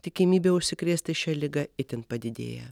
tikimybė užsikrėsti šia liga itin padidėja